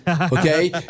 okay